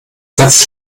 satz